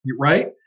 right